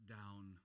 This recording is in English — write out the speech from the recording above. down